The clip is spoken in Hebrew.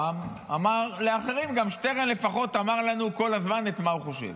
אמר גם לאחרים: שטרן לפחות אמר לנו כל הזמן מה הוא חושב.